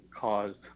caused